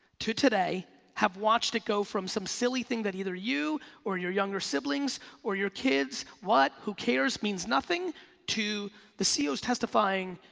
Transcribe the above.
to today have watched it go from some silly thing that either you or your younger siblings or your kids, what, who cares, means nothing to the ceos testifying,